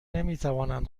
نمیتوانند